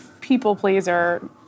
people-pleaser